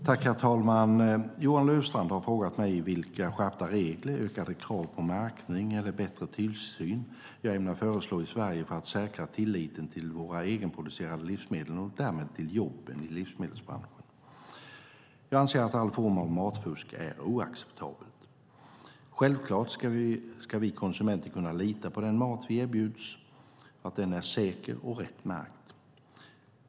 Herr talman! Johan Löfstrand har frågat mig vilka skärpta regler, ökade krav på märkning eller bättre tillsyn jag ämnar föreslå i Sverige för att säkra tilliten till våra egenproducerade livsmedel och därmed till jobben i livsmedelsbranschen. Jag anser att all form av matfusk är oacceptabelt. Självklart ska vi konsumenter kunna lita på att den mat vi erbjuds är säker och rätt märkt.